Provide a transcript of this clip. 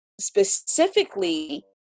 specifically